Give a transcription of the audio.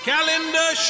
Calendar